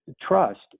Trust